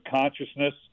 consciousness